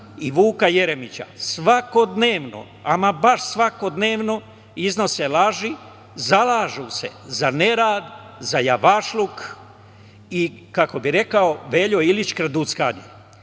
i Vuka Jeremića, svakodnevno, ama baš svakodnevno iznose laži, zalažu se za nerad, za javašluk, i kako bi rekao Veljo Ilić kraduckanje. Evo,